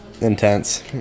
intense